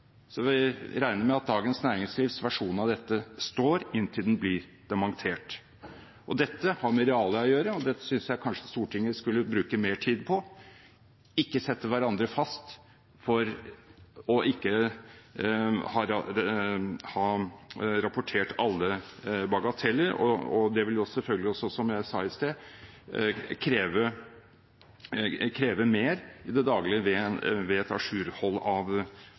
Så vi regner med at Dagens Næringslivs versjon av dette står inntil den blir dementert. Dette har med realia å gjøre, og dette synes jeg kanskje Stortinget skulle bruke mer tid på – og ikke sette hverandre fast for ikke å ha rapportert alle bagateller. Det vil jo selvfølgelig, som jeg sa i sted, kreve mer i det daglige ved et ajourhold av